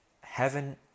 Heaven